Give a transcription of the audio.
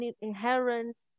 inherent